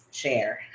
share